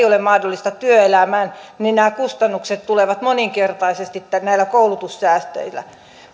ole mahdollisuutta työelämään nämä kustannukset tulevat moninkertaisesti näillä koulutussäästöillä